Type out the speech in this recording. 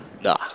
Nah